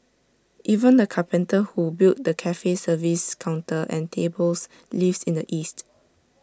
even the carpenter who built the cafe's service counter and tables lives in the east